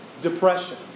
Depression